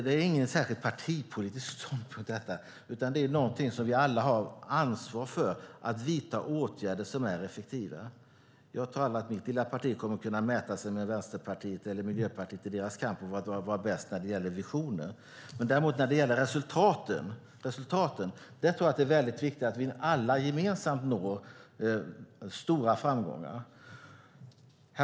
Det är ingen särskilt partipolitisk ståndpunkt, utan någonting som vi alla har ansvar för: att vidta åtgärder som är effektiva. Jag tror aldrig att mitt lilla parti kommer att kunna mäta sig med Vänsterpartiet eller Miljöpartiet i deras kamp för att vara bäst när det gäller visioner. När det gäller resultaten tror jag däremot att det är väldigt viktigt att vi alla når stora framgångar gemensamt.